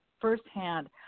firsthand